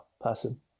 person